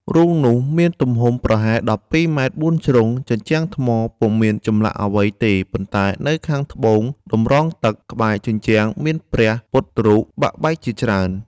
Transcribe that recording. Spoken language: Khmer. រូងនោះមានទំហំ ប្រហែល ១២ ម៉ែត្របួនជ្រុង ជញ្ជាំងថ្ម ពុំមានចម្លាក់អ្វីទេ ប៉ុន្តែនៅខាងត្បូងតម្រងទឹកក្បែរជញ្ជាំងមានព្រះ ពុទ្ធរូបបាក់បែកជាច្រើន ។